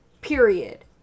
period